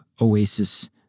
Oasis